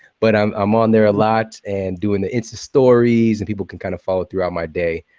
but i'm um on there a lot and doing the insta stories, and people can kind of follow throughout my day.